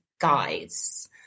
guys